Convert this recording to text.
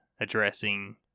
addressing